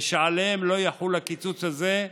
שעליהם לא יחול הקיצוץ הזה,